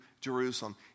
Jerusalem